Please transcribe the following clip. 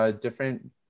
different